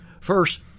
First